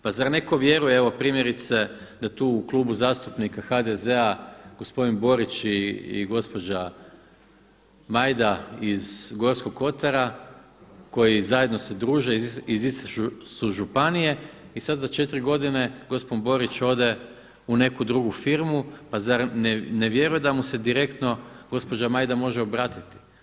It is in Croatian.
Pa zar netko vjeruje, evo primjerice da tu u Klubu zastupnika HDZ-a gospodin Borić i gospođa Majda iz Gorskog Kotara koji zajedno se druže, iz iste su županije i sada za 4 godine gospodin Borić ode u neku drugu firmu, pa zar ne vjerujete da mu se direktno gospođa Majda može obratiti?